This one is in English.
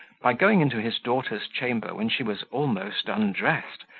by going into his daughter's chamber when she was almost undressed,